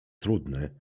trudny